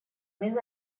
més